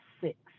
six